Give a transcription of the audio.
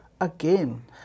Again